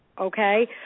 okay